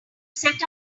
set